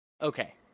Okay